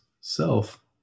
self